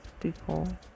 people